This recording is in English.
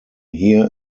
hear